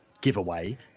giveaway